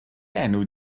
enw